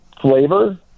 flavor